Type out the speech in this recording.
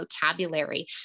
vocabulary